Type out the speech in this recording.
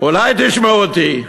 אולי תשמעו אותי.